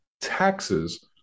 Taxes